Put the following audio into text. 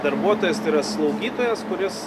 darbuotojas tai yra slaugytojas kuris